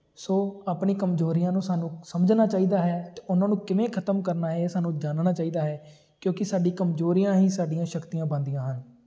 ਸੋ ਆਪਣੀ ਕਮਜ਼ੋਰੀਆਂ ਨੂੰ ਸਾਨੂੰ ਸਮਝਣਾ ਚਾਹੀਦਾ ਹੈ ਅਤੇ ਉਹਨਾਂ ਨੂੰ ਕਿਵੇਂ ਖਤਮ ਕਰਨਾ ਹੈ ਇਹ ਸਾਨੂੰ ਜਾਣਨਾ ਚਾਹੀਦਾ ਹੈ ਕਿਉਂਕਿ ਸਾਡੀ ਕਮਜ਼ੋਰੀਆਂ ਹੀ ਸਾਡੀਆਂ ਸ਼ਕਤੀਆਂ ਬਣਦੀਆਂ ਹਨ